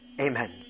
Amen